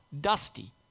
dusty